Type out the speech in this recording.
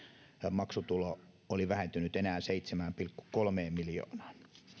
maksutulo oli vähentynyt enää seitsemään pilkku kolmeen miljoonaan